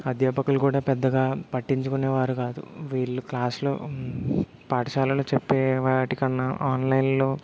అధ్యాపకులు కూడా పెద్దగా పట్టించుకునేవారు కాదు వీళ్ళు క్లాస్లో పాఠశాలలో చెప్పే వాటికన్నా ఆన్లైన్లో